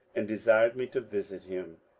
and desired me to visit him.